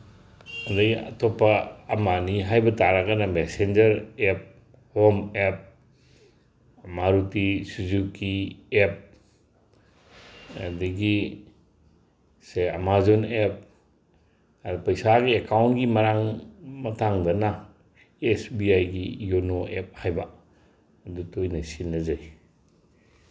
ꯑꯗꯩ ꯑꯇꯣꯞꯄ ꯑꯃ ꯑꯅꯤ ꯍꯥꯏꯕ ꯇꯥꯔꯒꯅ messenger app home app Maruti ꯁꯨꯖꯨꯀꯤ ꯑꯦꯞ ꯑꯗꯒꯤ ꯁꯦ ꯑꯃꯥꯖꯣꯟ ꯑꯦꯞ ꯑꯗ ꯄꯩꯁꯥꯒꯤ ꯑꯦꯀꯥꯎꯟꯒꯤ ꯃꯇꯥꯡꯗꯅ ꯑꯦꯁ ꯕꯤ ꯑꯥꯏꯒꯤ ꯌꯨꯅꯣ ꯑꯦꯞ ꯍꯥꯏꯕ ꯑꯗꯨꯗꯣ ꯑꯣꯏꯅ ꯁꯤꯖꯤꯟꯅꯖꯩ